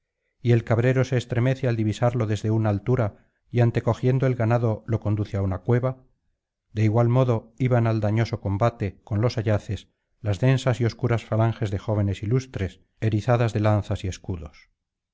y el cabrero se estremece al divisarlo desde una altura y antecogiendo el ganado lo conduce á una cueva de igual modo iban al dañoso combate con los ayaces las densas y obscuras falanges de jóvenes ilustres erizadas de lanzas y escudos